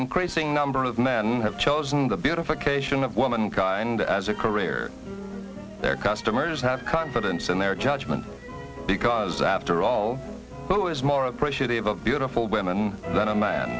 increasing number of men have chosen the beautification of womankind as a career their customers have confidence in their judgment because after all who is more appreciative of beautiful women than a man